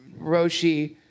Roshi